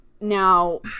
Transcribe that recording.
Now